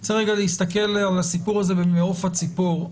יש להסתכל על הסיפור הזה ממעוף הציבור.